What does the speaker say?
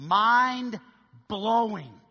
mind-blowing